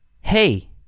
Hey